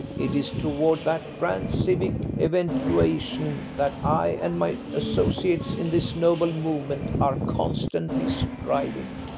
it is toward that grand civic eventuation that i and my associates in this noble movement are constantly striving.